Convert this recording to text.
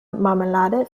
marmelade